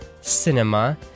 cinema